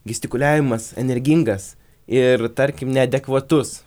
gestikuliavimas energingas ir tarkim neadekvatus